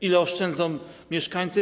Ile oszczędzą mieszkańcy?